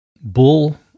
bull